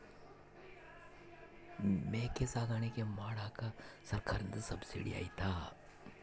ಮೇಕೆ ಸಾಕಾಣಿಕೆ ಮಾಡಾಕ ಸರ್ಕಾರದಿಂದ ಸಬ್ಸಿಡಿ ಐತಾ?